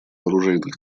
оружейных